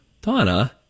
Donna